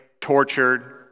tortured